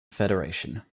federation